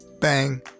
Bang